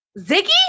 Ziggy